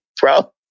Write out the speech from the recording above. Bro